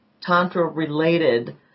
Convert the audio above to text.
tantra-related